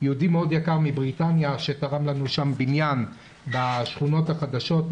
יהודי יקר מאוד מבריטניה שתרם לנו בניין בשכונות החדשות,